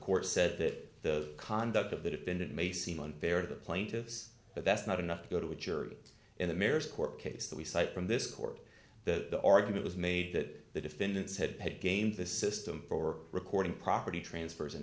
court said that the conduct of the defendant may seem unfair to the plaintiffs but that's not enough to go to a jury and the mare's court case that we cite from this court that the argument was made that the defendants had gamed the system for recording property transfers in